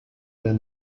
der